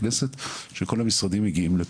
שכל המשרדים מגיעים לכנסת.